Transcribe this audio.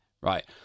right